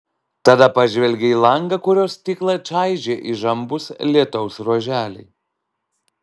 tada pažvelgė į langą kurio stiklą čaižė įžambūs lietaus ruoželiai